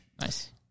Nice